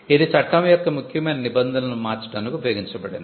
ఇది చట్టం యొక్క ముఖ్యమైన నిబంధనలను మార్చడానికి ఉపయోగించబడింది